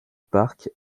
parc